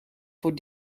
voor